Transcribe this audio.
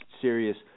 serious